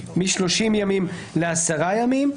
משלושים ימים לעשרה ימים.